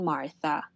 Martha